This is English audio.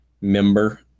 member